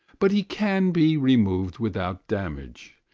but he can be removed without damage,